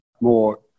more